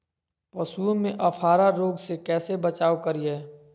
पशुओं में अफारा रोग से कैसे बचाव करिये?